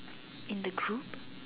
in the group